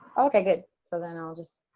okay good so then i'll just,